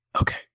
Okay